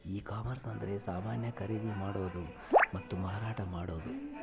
ಈ ಕಾಮರ್ಸ ಅಂದ್ರೆ ಸಮಾನ ಖರೀದಿ ಮಾಡೋದು ಮತ್ತ ಮಾರಾಟ ಮಾಡೋದು